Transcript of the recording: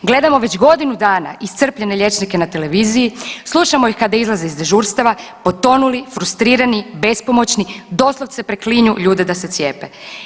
Gledamo već godinu dana iscrpljene liječnike na televiziji, slušamo ih kada izlaze iz dežurstava potonuli, frustrirani, bespomoćni, doslovce preklinju ljude da se cijepe.